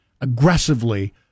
aggressively